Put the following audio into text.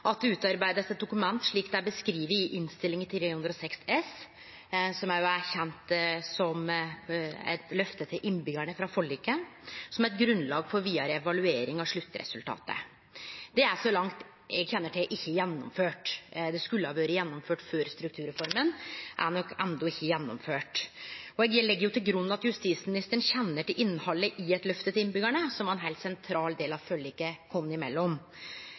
at det «utarbeides et dokument slik det er beskrevet i Innst. 306 S », som òg er kjend som eit løfte til innbyggjarane frå forliket, «som et grunnlag for videre evaluering av sluttresultatet». Det er så langt eg kjenner til, ikkje gjennomført. Det skulle ha vore gjennomført før politireforma, men er enno ikkje gjennomført. Eg legg til grunn at justisministeren kjenner til innhaldet i eit løfte til innbyggjarane som er ein heilt sentral del av forliket oss imellom.